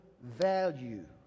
value